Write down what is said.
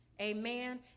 Amen